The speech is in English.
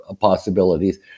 possibilities